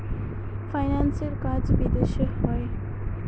ফাইন্যান্সের কাজ বিদেশে হয়